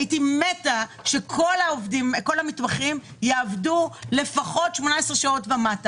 הייתי מתה שכל המתמחים יעבדו 18 שעות ומטה,